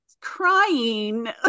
crying